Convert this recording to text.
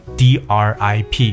drip